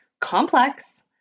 complex